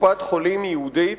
קופת-חולים ייעודית,